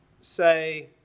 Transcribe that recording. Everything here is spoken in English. say